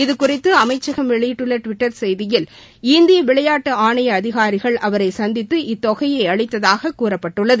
இதுகுறித்துஅமைச்சகம் வெளியிட்டுள்ளடிவிட்டா் செய்தியில் இந்தியவிளையாட்டுஆணைய அதிகாரிகள் அவரைசந்தித்து இத்தொகையை அளித்ததாககூறப்பட்டுள்ளது